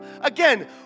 Again